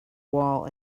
wall